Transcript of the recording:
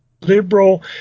Liberal